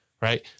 Right